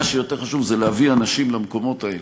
מה שיותר חשוב זה להביא אנשים למקומות האלה,